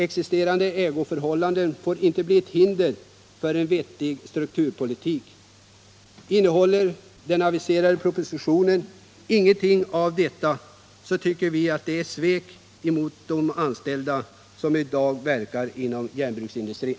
Existerande ägarförhållanden får inte bli ett hinder för en vettig strukturpolitik. Innehåller den aviserade propositionen ingenting av detta så tycker vi att det är ett svek mot de anställda som i dag verkar inom järnbruksindustrin.